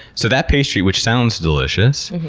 so that pastry, which sounds delicious,